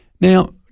Now